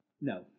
No